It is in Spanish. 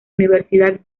universidad